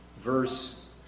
verse